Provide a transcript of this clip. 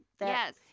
Yes